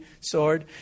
sword